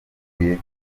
baguye